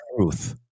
truth